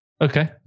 Okay